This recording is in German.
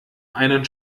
einen